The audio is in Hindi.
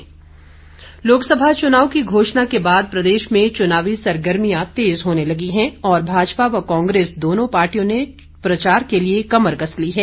चुनाव प्रचार लोकसभा चुनाव की घोषणा के बाद प्रदेश में चुनावी सरगर्मियां तेज होने लगी हैं और भाजपा व कांग्रेस दोनों की पार्टियों ने प्रचार के लिए कमर कस ली है